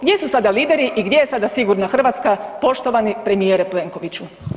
Gdje su sada lideri i gdje je sada sigurna Hrvatska poštovani premijeru Plenkoviću?